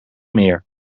meer